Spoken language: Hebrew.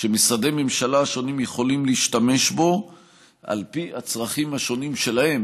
שמשרדי הממשלה השונים יכולים להשתמש בו על פי הצרכים השונים שלהם,